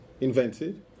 invented